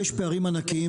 יש פערים ענקיים.